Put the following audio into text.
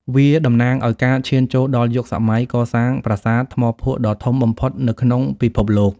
វាតំណាងឱ្យការឈានចូលដល់យុគសម័យកសាងប្រាសាទថ្មភក់ដ៏ធំបំផុតនៅក្នុងពិភពលោក។